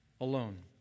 alone